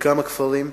בכמה כפרים.